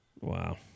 Wow